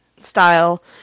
style